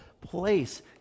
place